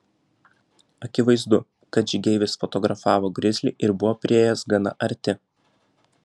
akivaizdu kad žygeivis fotografavo grizlį ir buvo priėjęs gana arti